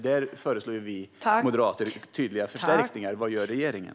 Där föreslår vi moderater tydliga förstärkningar. Vad gör regeringen?